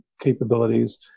capabilities